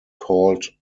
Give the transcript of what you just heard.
called